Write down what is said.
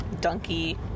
donkey